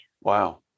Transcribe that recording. Wow